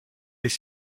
les